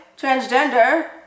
transgender